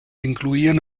incloïen